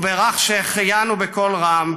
"בירך 'שהחיינו' בקול רם,